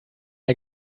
der